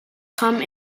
come